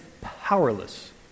powerless